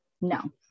No